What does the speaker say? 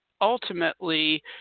ultimately